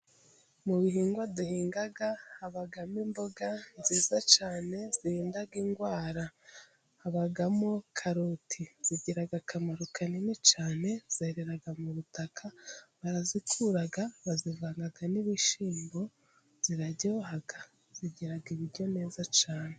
Mu bihingwa duhinga habamo imboga nziza cyane zirinda indwara, habamo karoti zigira akamaro kanini cyane, zerera mu butaka barazikura bakazivanga n'ibishyimbo. Ziraryoha, zigira ibiryo neza cyane.